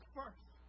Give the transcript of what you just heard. first